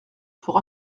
pour